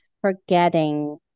forgetting